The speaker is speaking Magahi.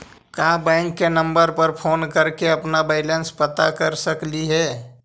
का बैंक के नंबर पर फोन कर के अपन बैलेंस पता कर सकली हे?